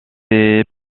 ses